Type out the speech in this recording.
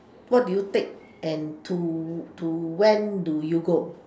what do you take and to to when do you go